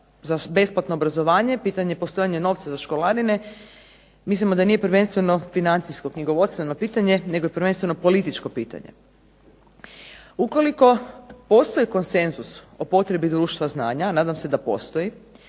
za besplatno obrazovanje, pitanje postojanja novca za školarine mislimo da nije prvenstveno financijsko-knjigovodstveno pitanje nego je prvenstveno političko pitanje. Ukoliko postoji konsenzus o potrebi društva znanja, a nadam se da postoji